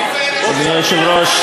אדוני היושב-ראש,